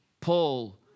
Paul